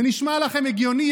זה נשמע לכם הגיוני?